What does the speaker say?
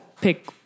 pick